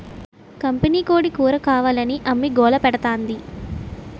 కంపినీకోడీ కూరకావాలని అమ్మి గోలపెడతాంది